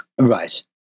Right